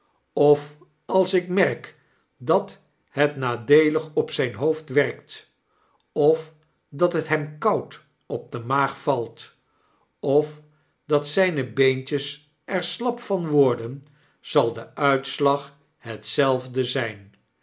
of als ik merk dat het nadeelig op zyn hoofd werkt of dat het hem koud op de maag valt of dat zijne beentjes er slap van worden zal de uitslag hetzelfde zijn